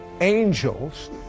angels